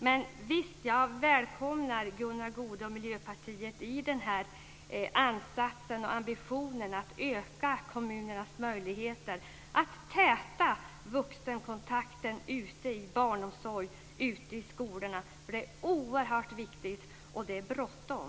Men visst, jag välkomnar Gunnar Goude och Miljöpartiet i den här ansatsen och ambitionen att öka kommunernas möjligheter att ge täta vuxenkontakter ute i barnomsorgen, ute i skolorna. Det är oerhört viktigt och det är bråttom.